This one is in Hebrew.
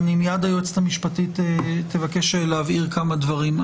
מיד היועצת המשפטית תבקש להבהיר כמה דברים.